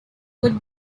would